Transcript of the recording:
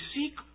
seek